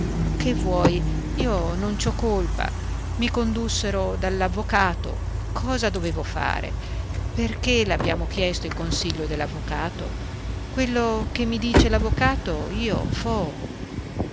che vuoi io non ci ho colpa i condussero dall'avvocato cosa dovevo fare perché l'abbiamo chiesto il consiglio dell'avvocato quello che mi dice l'avvocato io fo